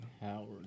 Howard